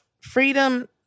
freedom